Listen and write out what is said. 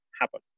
happen